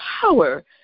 power